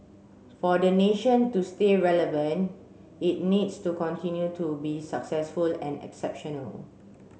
for the nation to stay relevant it needs to continue to be successful and exceptional